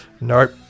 nope